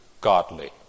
godly